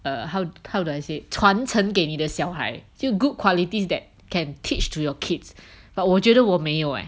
err how how do I say 传承给你的小孩就 good qualities that can teach to your kids but 我觉得我没有 eh